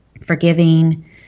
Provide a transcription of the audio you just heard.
forgiving